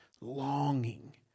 Longing